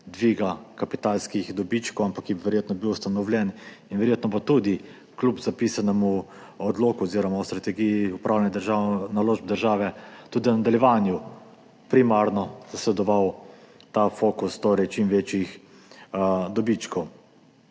dviga kapitalskih dobičkov, ampak je bil verjetno ustanovljen in verjetno bo tudi kljub zapisanemu odloku oziroma v strategiji upravljanja naložb države tudi v nadaljevanju primarno zasledoval ta fokus čim večjih dobičkov.